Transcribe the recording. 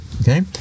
Okay